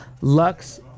lux